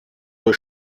wohl